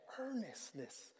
earnestness